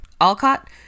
Alcott